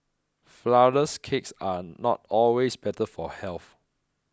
Flourless Cakes are not always better for health